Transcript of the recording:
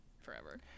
forever